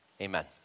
Amen